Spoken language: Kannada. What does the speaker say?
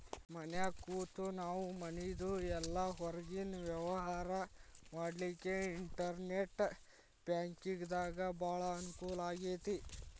ಮನ್ಯಾಗ್ ಕೂತ ನಾವು ಮನಿದು ಇಲ್ಲಾ ಹೊರ್ಗಿನ್ ವ್ಯವ್ಹಾರಾ ಮಾಡ್ಲಿಕ್ಕೆ ಇನ್ಟೆರ್ನೆಟ್ ಬ್ಯಾಂಕಿಂಗಿಂದಾ ಭಾಳ್ ಅಂಕೂಲಾಗೇತಿ